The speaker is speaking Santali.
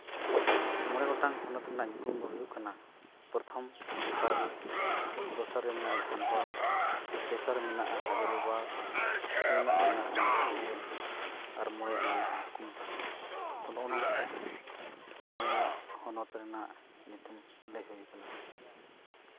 ᱢᱚᱬᱮ ᱜᱚᱴᱟᱝ ᱦᱚᱱᱚᱛ ᱨᱮᱱᱟᱜ ᱧᱩᱛᱩᱢ ᱫᱚ ᱦᱩᱭᱩᱜ ᱠᱟᱱᱟ ᱯᱨᱚᱛᱷᱚᱢ ᱵᱳᱠᱟᱨᱳ ᱫᱚᱥᱟᱨ ᱨᱮ ᱢᱮᱱᱟᱜᱼᱟ ᱫᱷᱟᱱᱵᱟᱫᱽ ᱛᱮᱥᱟᱨ ᱨᱮ ᱢᱮᱱᱟᱜᱼᱟ ᱦᱟᱡᱟᱨᱤᱵᱟᱜᱽ ᱯᱩᱱᱟᱜ ᱢᱮᱱᱟᱜᱼᱟ ᱜᱤᱨᱤᱰᱤ ᱟᱨ ᱢᱚᱬᱮᱭᱟᱜ ᱢᱮᱱᱟᱜᱼᱟ ᱱᱚᱜᱼᱚᱸᱭ ᱱᱚᱝᱠᱟ ᱢᱚᱬᱮᱭᱟᱜ ᱦᱚᱱᱚᱛ ᱨᱮᱱᱟᱜ ᱧᱩᱛᱩᱢ ᱞᱟᱹᱭ ᱦᱩᱭᱮᱱᱟ